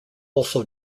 also